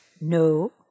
No